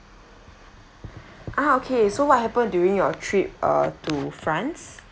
ah okay so what happened during your trip uh to france